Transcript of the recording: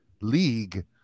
league